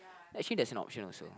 actually that's an option also